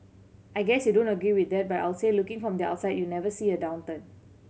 I guess you don't agree with that but I'll say looking from the outside you never see a downturn